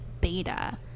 beta